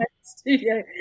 studio